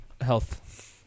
Health